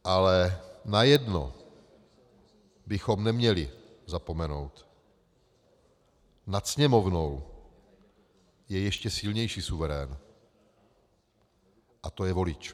Ale na jedno bychom neměli zapomenout: nad Sněmovnou je ještě silnější suverén a to je volič.